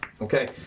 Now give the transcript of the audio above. Okay